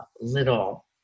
little